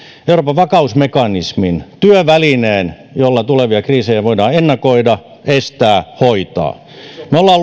euroopan vakausmekanismin työvälineen jolla tulevia kriisejä voidaan ennakoida estää hoitaa me olemme